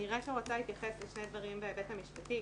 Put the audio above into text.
אני רק רוצה להתייחס לשני דברים בהיבט המשפטי,